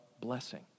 blessing